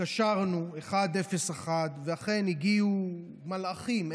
התקשרנו 101 ואכן הגיעו מלאכים,